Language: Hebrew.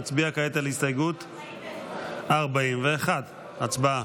נצביע כעת על הסתייגות 41. הצבעה.